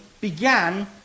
began